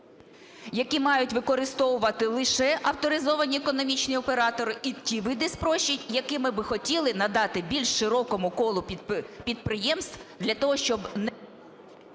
…які мають використовувати лише авторизовані економічні оператори і ті види спрощень, які ми би хотіли надати більш широкому колу підприємств для того, щоб…